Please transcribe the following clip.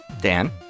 Dan